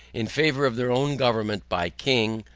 in favour of their own government by king,